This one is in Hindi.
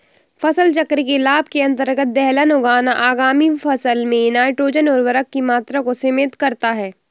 फसल चक्र के लाभ के अंतर्गत दलहन उगाना आगामी फसल में नाइट्रोजन उर्वरक की मात्रा को सीमित करता है